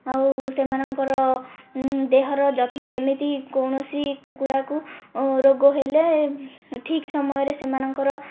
ଆଉ ସେମାନଙ୍କର ଦେହର ଯତ୍ନ ଯେମିତି କୌଣସି କୁକୁଡ଼ାକୁ ରୋଗ ହେଲେ ଠିକ୍ ସମୟରେ ସେମାନଙ୍କର